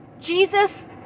Jesus